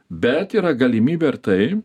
bet yra galimybė ir tai